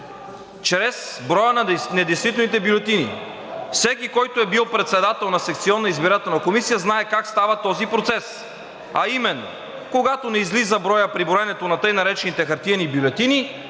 чрез броя на недействителните бюлетини. Всеки, който е бил председател на секционна избирателна комисия, знае как става този процес, а именно, когато не излиза броят при броенето на така наречените хартиени бюлетини